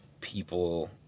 people